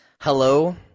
Hello